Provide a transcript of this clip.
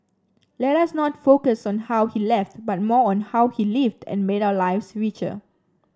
let us not focus on how he left but more on how he lived and made our lives richer